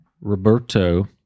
Roberto